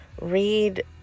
read